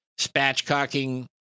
spatchcocking